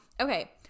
okay